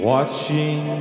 Watching